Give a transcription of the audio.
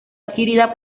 adquirida